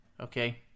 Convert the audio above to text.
okay